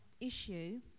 issue